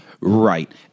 Right